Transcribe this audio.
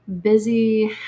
busy